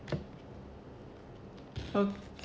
hmm